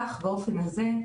כך, באופן הזה,